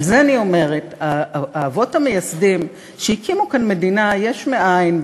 על זה אני אומרת: האבות המייסדים שהקימו כאן מדינה יש מאין,